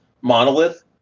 monolith